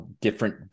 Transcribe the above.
different